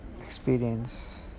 experience